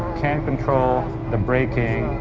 can control the braking